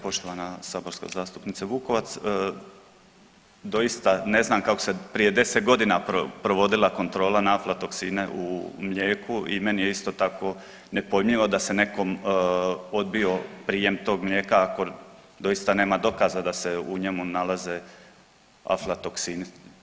Poštovana saborska zastupnice Vukovac, doista ne znam kako se prije 10 godina provodila kontrola na aflatoksine u mlijeku i meni je isto tako nepojmljivo da se nekom odbio prijem tog mlijeka ako doista nema dokaza da se u njemu nalaze aflatoksini.